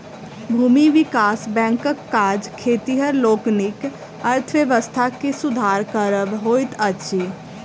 भूमि विकास बैंकक काज खेतिहर लोकनिक अर्थव्यवस्था के सुधार करब होइत अछि